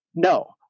no